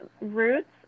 roots